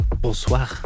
Bonsoir